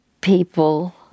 people